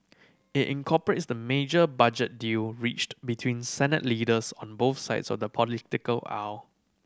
it incorporates the major budget deal reached between Senate leaders on both sides of the political aisle